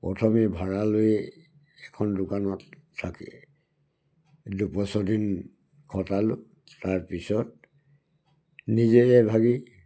প্ৰথমেই ভাড়ালৈ এখন দোকানত থাকি দুবছৰ দিন কটালোঁ তাৰপিছত নিজে এভাগি